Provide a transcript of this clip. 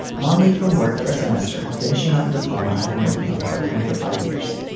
i'm only from work for a semester finishing up a diploma i've been working on part time for five years.